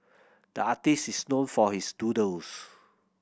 the artist is known for his doodles